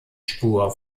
spur